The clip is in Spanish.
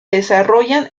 desarrollan